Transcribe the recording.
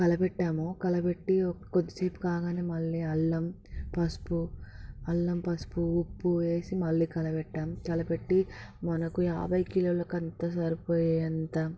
కలపెట్టాము కలపెట్టి కొద్దిసేపు కాగానే మళ్ళీ అల్లం పసుపు అల్లం పసుపు ఉప్పు వేసి మళ్ళీ కలపెట్టాం కలపెట్టి మనకు యాభై కిలోలకు ఎంత సరిపోయేంత